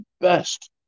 best